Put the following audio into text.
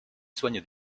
soigne